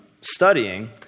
studying